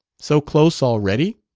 so close, already?